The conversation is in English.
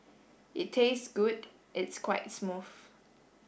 it tastes good it's quite smooth